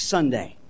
Sunday